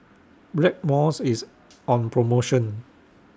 Blackmores IS on promotion